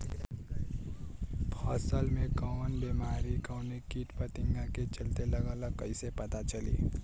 फसल में कवन बेमारी कवने कीट फतिंगा के चलते लगल ह कइसे पता चली?